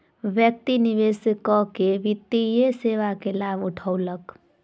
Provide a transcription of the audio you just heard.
व्यक्ति निवेश कअ के वित्तीय सेवा के लाभ उठौलक